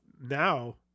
now